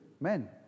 Men